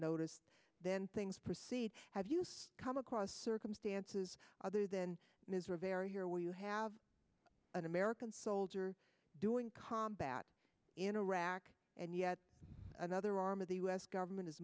noticed then things proceed have you come across circumstances other than his are very here where you have an american soldier doing combat in iraq and yet another arm of the u s government is